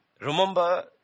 Remember